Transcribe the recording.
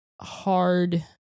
hard